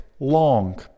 long